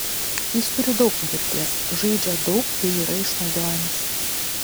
jis turi daug patirties žaidžia daug bei yra išnaudojamas